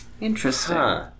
Interesting